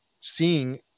seeing